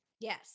Yes